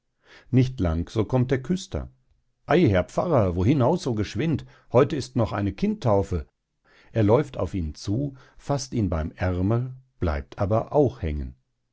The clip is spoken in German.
nicht lang so kommt der küster ei herr pfarrer wo hinaus so geschwind heut ist noch eine kindtaufe er läuft auf ihn zu faßt ihn beim ermel bleibt aber auch hängen